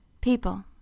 people